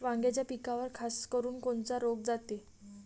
वांग्याच्या पिकावर खासकरुन कोनचा रोग जाते?